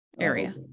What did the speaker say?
area